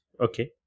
Okay